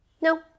No